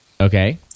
Okay